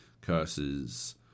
curses